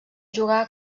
jugar